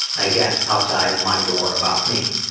i guess outside my door, about me.